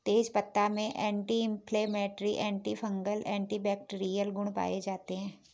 तेजपत्ता में anti inflammatory, antifungal, antibacterial गुण पाये जाते है